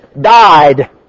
died